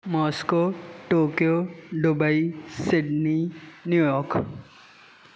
Moscow Tokyo Dubai Sydney new York